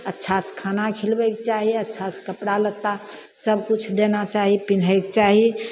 अच्चास खाना खिलबैके चाही अच्छासँ कपड़ा लत्ता सब किछु देना चाही पिन्है कऽ चाही